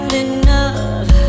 enough